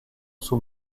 sous